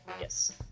Yes